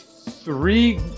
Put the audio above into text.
three